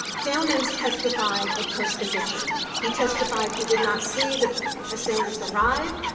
dale mims testified at post-conviction. he testified he did not see the assailants arrive.